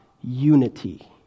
unity